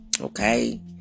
Okay